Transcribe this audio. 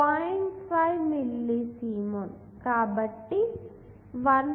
5 millisiemens కాబట్టి 1